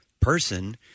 person